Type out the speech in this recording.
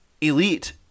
elite